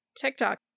tiktok